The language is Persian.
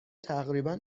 تقریبا